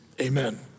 amen